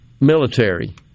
military